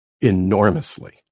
enormously